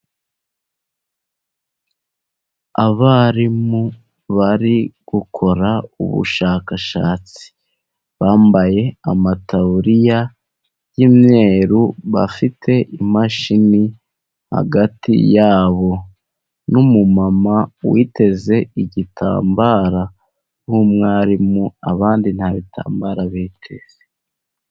Abarimu bari gukora ubushakashatsi, bambaye amataburiya y'imweruru, bafite imashini hagati ya bo. N'umumama witeze igitambara w'umwarimu, abandi nta bitambara biteze.